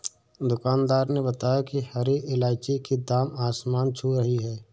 दुकानदार ने बताया कि हरी इलायची की दाम आसमान छू रही है